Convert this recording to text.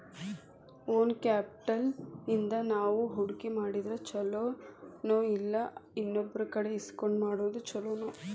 Own capital ಇಂದಾ ನಾವು ಹೂಡ್ಕಿ ಮಾಡಿದ್ರ ಛಲೊನೊಇಲ್ಲಾ ಇನ್ನೊಬ್ರಕಡೆ ಇಸ್ಕೊಂಡ್ ಮಾಡೊದ್ ಛೊಲೊನೊ?